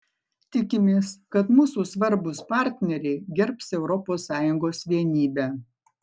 tikimės kad mūsų svarbūs partneriai gerbs europos sąjungos vienybę